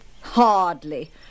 Hardly